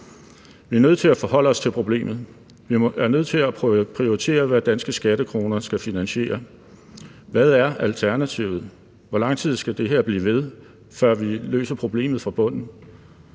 Vi er nødt til at forholde os til problemet. Vi er nødt til at prioritere, hvad danske skattekroner skal finansiere. Hvad er alternativet? Hvor lang tid skal det her blive ved, før vi løser problemet fra bunden?